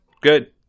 good